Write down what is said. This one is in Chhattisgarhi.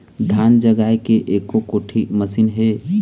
धान जगाए के एको कोठी मशीन हे?